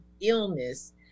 illness